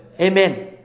Amen